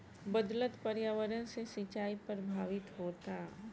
बदलत पर्यावरण से सिंचाई प्रभावित होता